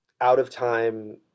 out-of-time